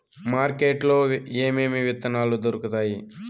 market లో ఏమేమి విత్తనాలు దొరుకుతాయి